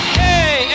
hey